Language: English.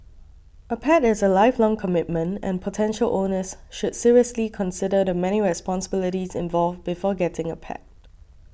a pet is a lifelong commitment and potential owners should seriously consider the many responsibilities involved before getting a pet